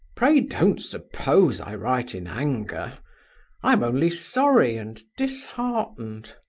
pray don't suppose i write in anger i am only sorry and disheartened.